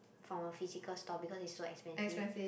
from a physical store because it's so expensive